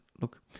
look